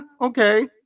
okay